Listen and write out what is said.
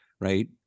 right